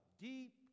deep